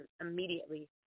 immediately